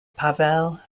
pavel